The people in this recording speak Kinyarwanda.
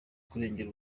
kurengera